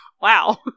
Wow